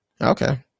Okay